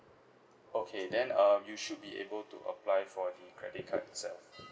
okay then um you should be able to apply for the credit cards sir